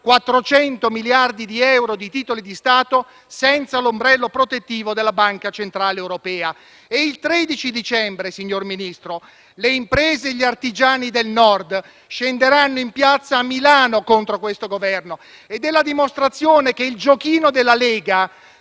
400 miliardi di euro di titoli di stato senza l'ombrello protettivo della Banca centrale europea. Il 13 dicembre, signor Ministro, le imprese e gli artigiani del Nord scenderanno in piazza a Milano contro questo Governo ed è la dimostrazione che il giochino della Lega